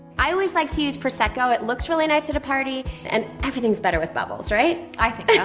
i always like to use prosecco. it looks really nice at a party, and everything's better with bubbles, right? i think yeah